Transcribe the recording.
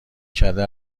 کرده